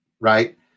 right